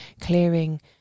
clearing